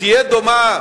תהיה דומה,